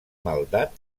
maldat